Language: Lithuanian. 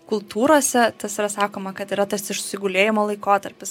kultūrose tas yra sakoma kad yra tas išsigulėjimo laikotarpis